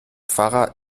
pfarrer